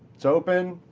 it's open,